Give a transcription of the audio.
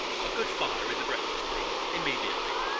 a good fire in the breakfast-room, immediately.